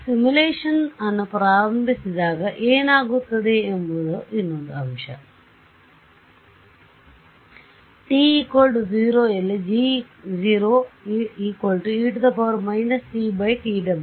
ನೀವು ಸಿಮ್ಯುಲೇಶನ್ ಅನ್ನು ಪ್ರಾರಂಭಿಸಿದಾಗ ಏನಾಗುತ್ತದೆ ಎಂಬುದು ಇನ್ನೊಂದು ಅಂಶ t 0 ಯಲ್ಲಿ g e−ttw